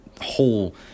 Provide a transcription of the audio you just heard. whole